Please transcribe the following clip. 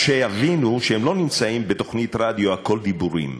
אז שיבינו שהם לא נמצאים בתוכנית הרדיו "הכול דיבורים",